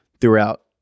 throughout